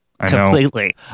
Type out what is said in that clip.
Completely